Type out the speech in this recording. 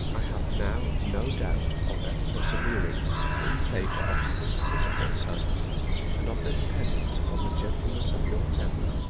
i have now no doubt of their persevering in favour of the despicable solmes and of their dependence upon the gentleness of your temper,